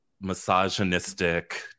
misogynistic